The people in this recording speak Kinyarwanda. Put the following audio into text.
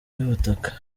y’ubutaka